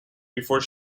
before